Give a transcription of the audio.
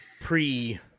Pre